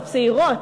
הצעירות,